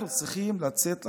אנחנו צריכים לצאת לרחובות.